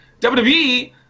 WWE